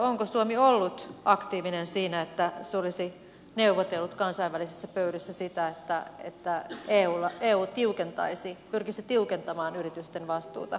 onko suomi ollut aktiivinen siinä että se olisi neuvotellut kansainvälisissä pöydissä siitä että eu pyrkisi tiukentamaan yritysten vastuuta kolmansissa maissa